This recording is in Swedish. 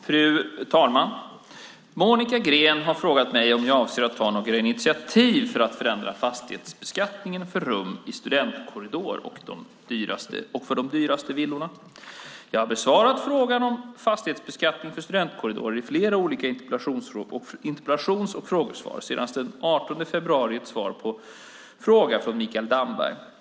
Fru talman! Monica Green har frågat mig om jag avser att ta några initiativ till att förändra fastighetsbeskattningen för rum i studentkorridorer och för de dyraste villorna. Jag har besvarat frågan om fastighetsbeskattning för studentkorridorer i flera olika interpellations och frågesvar, senast den 18 februari i ett svar på en fråga från Mikael Damberg.